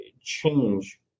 change